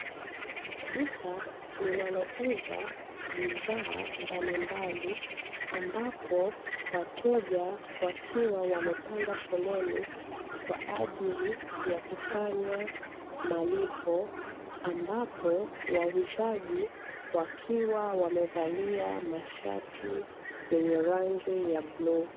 Duka linalo uza bidhaa mbalimbali ambapo wateja wakiwa wamepanga foleni, kwa ajili ya kufanya malipo ambapo wauzaji wakiwa wamevalia mashati yenye rangi ya bluu.